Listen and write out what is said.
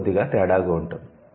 ఇది కొద్దిగా తేడాగా ఉంటుంది